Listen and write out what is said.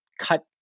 cut